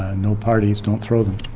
ah no parties, don't throw them.